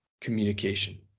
communication